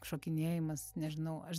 šokinėjimas nežinau aš